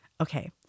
Okay